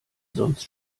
sonst